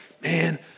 man